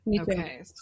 okay